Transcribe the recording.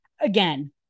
again